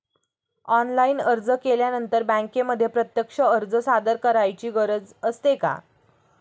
Online अर्ज केल्यानंतर बँकेमध्ये प्रत्यक्ष अर्ज सादर करायची गरज असते का?